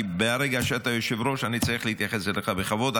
כי מהרגע שאתה יושב-ראש אני צריך להתייחס אליך בכבוד.